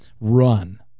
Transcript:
run